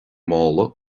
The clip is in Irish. mála